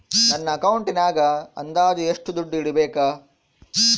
ನನ್ನ ಅಕೌಂಟಿನಾಗ ಅಂದಾಜು ಎಷ್ಟು ದುಡ್ಡು ಇಡಬೇಕಾ?